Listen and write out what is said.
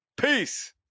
Peace